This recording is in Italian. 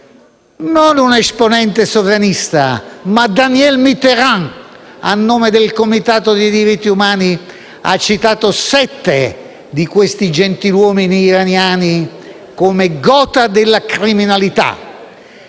qualche esponente sovranista, ma la Fondazione Danielle Mitterrand, a nome del Comitato diritti umani, ha citato sette di questi gentiluomini iraniani come gotha della criminalità.